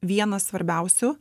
vienas svarbiausių